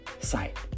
site